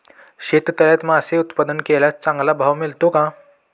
शेततळ्यात मासे उत्पादन केल्यास चांगला भाव मिळतो का?